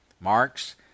Marx